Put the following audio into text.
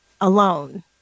alone